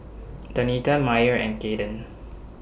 Donita Myer and Kayden